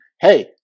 hey